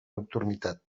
nocturnitat